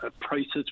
prices